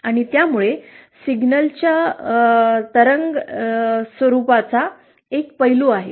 आणि यामुळे सिग्नलच्या तरंग स्वरूपाचा एक पैलू आहे